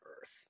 earth